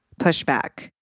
pushback